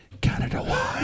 Canada